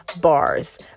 bars